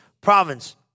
province